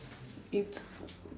it's